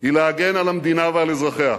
היא להגן על המדינה ועל אזרחיה.